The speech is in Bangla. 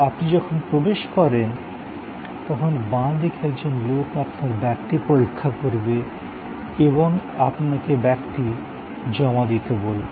আপনি যখন প্রবেশ করেন তখন বাঁ দিকে একজন লোক আপনার ব্যাগটি পরীক্ষা করবে এবং আপনাকে ব্যাগটি জমা দিতে বলবে